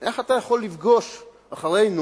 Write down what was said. איך אתה יכול לפגוש אחרינו